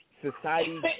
Society